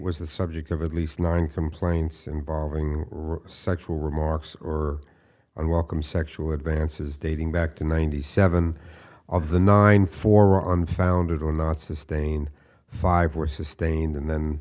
was the subject of at least nine complaints involving sexual remarks or unwelcome sexual advances dating back to ninety seven of the nine four unfounded or not sustained five were sustained and then